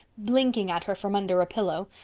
blinking at her from under a pillow.